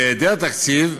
בהיעדר תקציב,